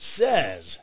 says